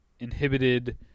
inhibited